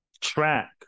track